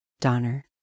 Donner